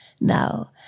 now